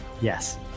yes